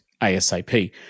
ASAP